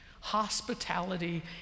Hospitality